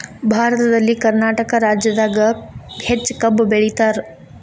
ಭಾರತದಲ್ಲಿ ಕರ್ನಾಟಕ ರಾಜ್ಯದಾಗ ಹೆಚ್ಚ ಕಬ್ಬ್ ಬೆಳಿತಾರ